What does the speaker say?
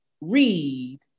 read